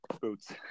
Boots